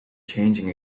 changing